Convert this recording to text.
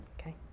okay